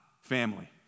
family